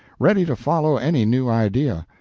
ready to follow any new idea.